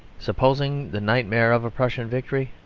supposing the nightmare of a prussian victory,